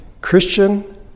Christian